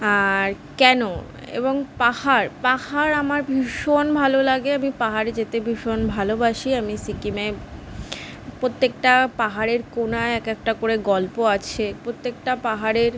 আর কেন এবং পাহাড় পাহাড় আমার ভীষণ ভালো লাগে আমি পাহাড়ে যেতে ভীষণ ভালোবাসি আমি সিকিমে প্রত্যেকটা পাহাড়ের কোণায় এক একটা করে গল্প আছে প্রত্যেকটা পাহাড়ের